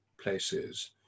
places